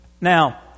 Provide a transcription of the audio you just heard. Now